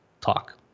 talk